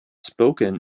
spoken